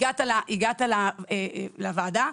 הגעת לוועדה,